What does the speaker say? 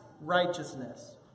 righteousness